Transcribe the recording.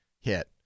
hit